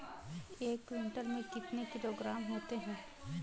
एक क्विंटल में कितने किलोग्राम होते हैं?